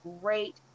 great